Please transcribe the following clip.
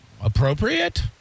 appropriate